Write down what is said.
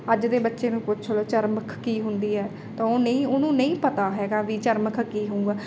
ਅੱਜ ਦੇ ਬੱਚੇ ਨੂੰ ਪੁੱਛ ਲਓ ਚਰਮਖ ਕੀ ਹੁੰਦੀ ਹੈ ਤਾਂ ਉਹ ਨਹੀਂ ਉਹਨੂੰ ਨਹੀਂ ਪਤਾ ਹੈਗਾ ਵੀ ਚਰਮਖ ਕੀ ਹੋਊਗਾ